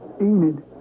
Enid